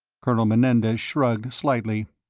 colonel menendez shrugged slightly.